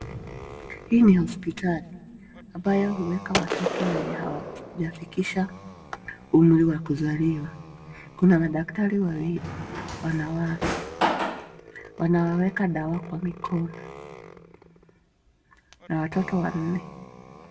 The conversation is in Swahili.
Hii ni hosipitali ambayo huweka watoto wenye hawajafikisha umri wa kuzaliwa. Kuna madaktari wawili wanawake, wanawaweka dawa kwa mikono na watoto wanne.